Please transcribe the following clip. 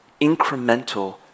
incremental